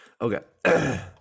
Okay